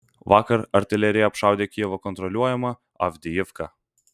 vakar artilerija apšaudė kijevo kontroliuojamą avdijivką